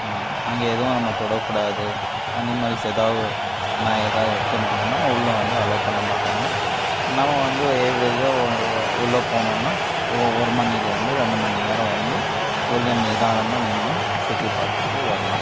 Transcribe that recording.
அங்கே எதுவும் நம்ம தொடக்கூடாது அனிமல்ஸு எதாவுது நாய் எதாவுது எடுத்துன்னு வந்தோம்னா உள்ளே வந்து அல்லோவ் பண்ண மாட்டாங்க நம்ம வந்து ஆவரேஜா உள்ளே போனோம்னா ஒரு மணிலேருந்து ரெண்டு மணி நேரம் வந்து உள்ளே நிதானமாக நின்று சுற்றிப் பார்த்துட்டு வரலாம்